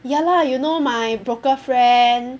ya lah you know my broker friend